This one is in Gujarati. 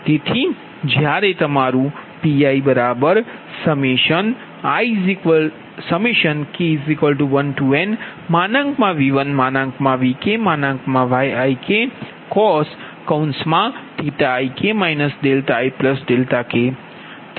તેથી જ્યારે તમારું Pik 1nVIVkYikcos⁡ ik ik